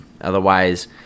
Otherwise